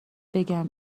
بگم